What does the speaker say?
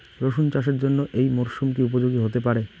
রসুন চাষের জন্য এই মরসুম কি উপযোগী হতে পারে?